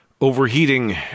overheating